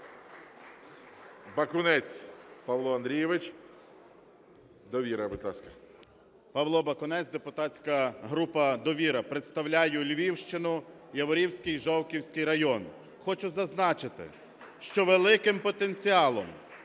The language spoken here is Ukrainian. Бакунець Павло Андрійович, "Довіра", будь ласка. 13:03:13 БАКУНЕЦЬ П.А. Павло Бакунець, депутатська група "Довіра". Представляю Львівщину, Яворівський і Жовківський райони. Хочу зазначити, що великим потенціалом